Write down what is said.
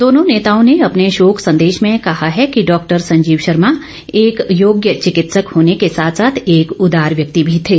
दोनों नेताओं ने अपने शोक संदेश में कहा है कि डॉक्टर संजीव शर्मा एक योग्य चिकित्सक होने के साथ साथ एक उदार व्यक्ति थे